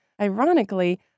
ironically